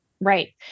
Right